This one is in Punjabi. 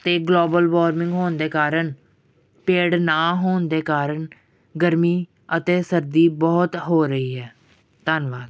ਅਤੇ ਗਲੋਬਲ ਵੋਰਮਿੰਗ ਹੋਣ ਦੇ ਕਾਰਨ ਪੇੜ ਨਾ ਹੋਣ ਦੇ ਕਾਰਨ ਗਰਮੀ ਅਤੇ ਸਰਦੀ ਬਹੁਤ ਹੋ ਰਹੀ ਹੈ ਧੰਨਵਾਦ